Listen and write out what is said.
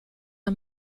are